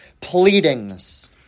pleadings